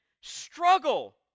struggle